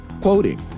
quoting